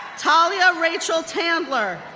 talia rachel tandler,